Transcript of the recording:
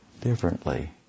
differently